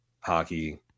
hockey